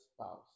spouse